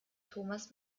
thomas